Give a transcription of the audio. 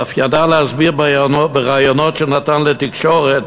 אף ידע להסביר בראיונות שנתן לתקשורת